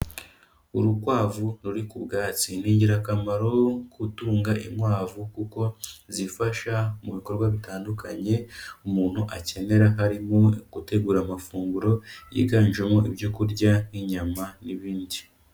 Urukwavu ruri ku bwatsi, ni ingirakamaro gutunga inkwavu kuko zifasha mu bikorwa bitandukanye umuntu akenera harimo gutegura amafunguro yiganjemo ibyo kurya nk'inyama n'ibindi.